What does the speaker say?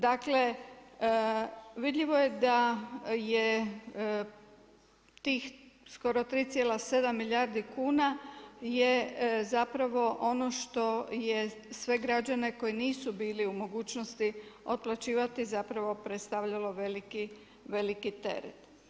Dakle, vidljivo je da je tih skoro 3,7 milijardi kuna je zapravo ono što je sve građane koji nisu bili u mogućnosti otplaćivati zapravo predstavljalo veliki teret.